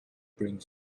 bring